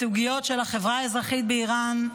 בסוגיות של החברה האזרחית באיראן,